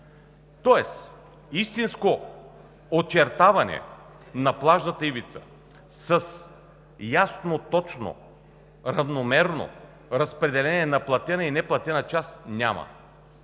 Тоест истинско очертаване на плажната ивица с ясно, точно, равномерно разпределение на платена и неплатена част няма.